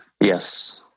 Yes